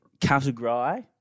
category